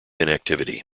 inactivity